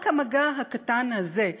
רק המגע הקטן הזה,